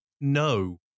No